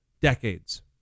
decades